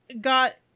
got